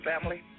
Family